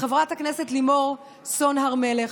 לחברת הכנסת לימור סון הר מלך,